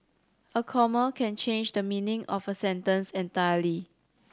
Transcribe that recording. a comma can change the meaning of a sentence entirely